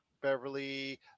Beverly